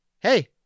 hey